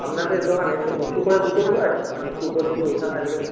আপনাদের দোকানে সেই উঁচু করে জুতোগুলো আছে মানে একটু উপর দিকে ওঠা থাকবে